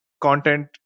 content